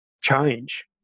change